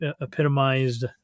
epitomized –